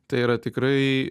tai yra tikrai